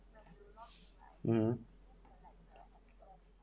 mmhmm